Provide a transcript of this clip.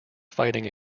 fighting